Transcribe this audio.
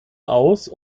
aus